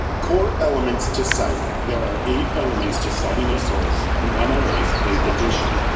core elements to citing there are eight elements to citing a source in mla's eighth edition.